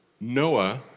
Noah